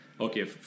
Okay